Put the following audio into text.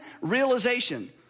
realization